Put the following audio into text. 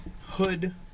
hood